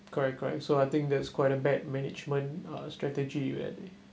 correct correct so I think that's quite a bad management uh strategy you